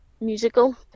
musical